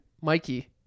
Mikey